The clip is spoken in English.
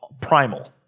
Primal